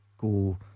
go